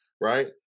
right